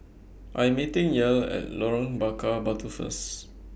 I Am meeting Yael At Lorong Bakar Batu First